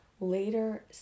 Later